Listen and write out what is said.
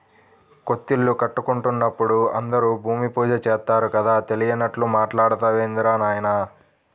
కొత్తిల్లు కట్టుకుంటున్నప్పుడు అందరూ భూమి పూజ చేత్తారు కదా, తెలియనట్లు మాట్టాడతావేందిరా నాయనా